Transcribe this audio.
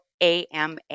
AMA